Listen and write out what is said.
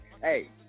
Hey